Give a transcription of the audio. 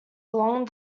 along